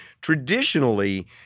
Traditionally